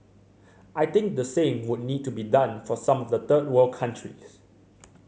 I think the same would need to be done for some of the third world countries